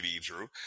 Drew